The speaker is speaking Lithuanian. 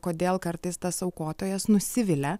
kodėl kartais tas aukotojas nusivilia